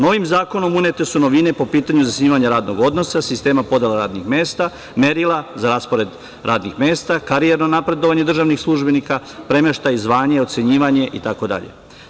Novim zakonom unete su novine po pitanju zasnivanja radnog odnosa, sistema podele radnih mesta, merila za raspored radnih mesta, karijerno napredovanje državnih službenika, premeštaj, zvanje, ocenjivanje i tako dalje.